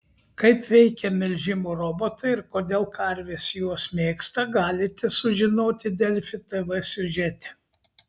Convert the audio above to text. kaip veikia melžimo robotai ir kodėl karves juos mėgsta galite sužinoti delfi tv siužete